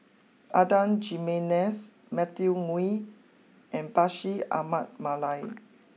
Adan Jimenez Matthew Ngui and Bashir Ahmad Mallal